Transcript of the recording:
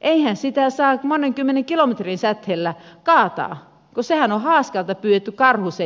eihän sitä saa monen kymmenen kilometrin säteellä kaataa kun sehän on haaskalta pyydetty karhu sen jälkeen